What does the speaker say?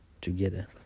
together